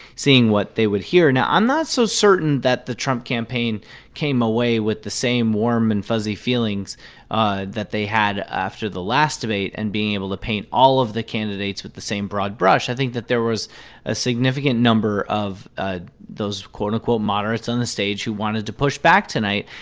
seeing what they would hear. now, i'm not so certain that the trump campaign came away with the same warm and fuzzy feelings ah that they had after the last debate and being able to paint all of the candidates with the same broad brush. i think that there was a significant number of ah those, quote-unquote, moderates on the stage who wanted to push back tonight.